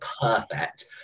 Perfect